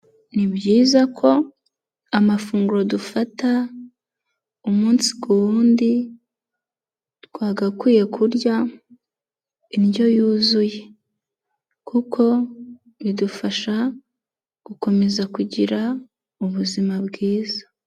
Ni byiza ko amafunguro dufata umunsi ku wundi twagakwiye kurya indyo yuzuye, kuko bidufasha gukomeza kugira ubuzima bwiza.